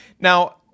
Now